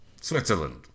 Switzerland